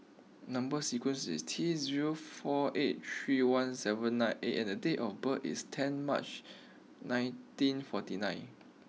number sequence is T zero four eight three one seven nine A and date of birth is ten March nineteen forty nine